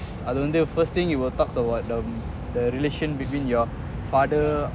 I don't think the first thing you will talk about the the relation between your father